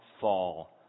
fall